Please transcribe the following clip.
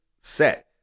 set